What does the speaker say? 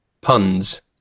puns